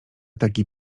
taki